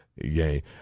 Yay